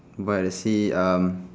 by the sea um